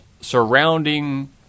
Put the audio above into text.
surrounding